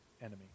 enemy